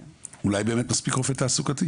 אולי באמת מספיק רופא תעסוקתי?